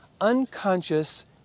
unconscious